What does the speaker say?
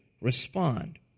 respond